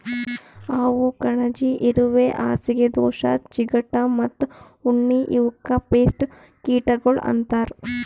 ಹಾವು, ಕಣಜಿ, ಇರುವೆ, ಹಾಸಿಗೆ ದೋಷ, ಚಿಗಟ ಮತ್ತ ಉಣ್ಣಿ ಇವುಕ್ ಪೇಸ್ಟ್ ಕೀಟಗೊಳ್ ಅಂತರ್